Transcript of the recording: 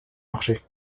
marché